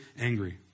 angry